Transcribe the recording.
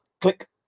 click